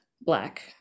Black